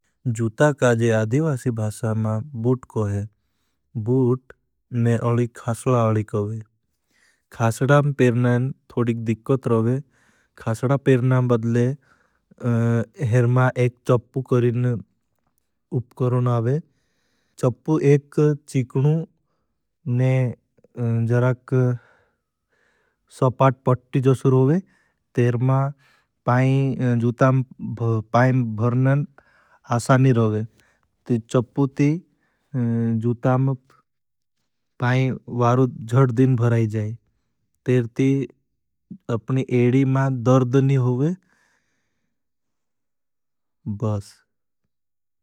जूता काजे अधिवासी भासा मा बूट को है। बूट ने अलिग खासणा अलिग होगे। खासणा पेरनन थोड़िक दिक्कत रोगे। खासणा पेरनन बदले हरमा एक चप्पु करें उपकरों आवे। चप्पु एक चिकनु ने जराक सपाट पट्टी जो सुरोगे। तेर मा पाइं जूतां पाइं भरनन आसानी रोगे। ती चप्पु ती जूतां पाइं वारु जड़ दिन भराई जाए। तेर ती अपनी एडी मा दर्दनी होगे। बस।